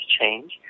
change